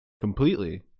completely